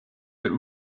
but